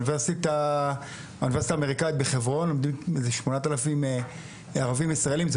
באוניברסיטה האמריקאית בחברון לומדים משהו כמו 8,000 ערבים ישראלים.